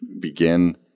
begin